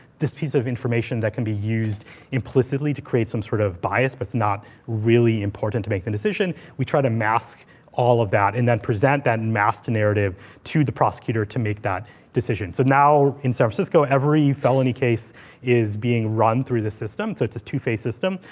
this piece of information that can be used implicitly to create some sort of bias that's not really important to make the decision. we try to mask all of that, and then present that and masked narrative to the prosecutor to make that decision. so now in san francisco, every felony case is being run through the system. so it's a two phase system.